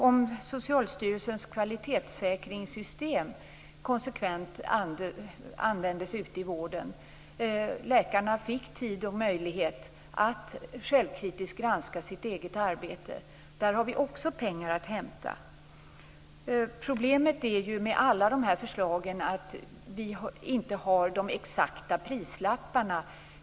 Om Socialstyrelsens kvalitetssäkringssystem konsekvent användes ute i vården, om läkarna fick tid och möjlighet att självkritiskt granska sitt eget arbete, skulle vi också ha pengar att hämta. Problemet med alla de här förslagen är att vi inte har de exakta prislapparna.